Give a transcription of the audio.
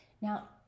Now